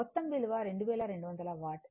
మొత్తం విలువ 2200 వాట్